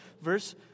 verse